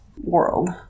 world